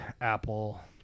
Apple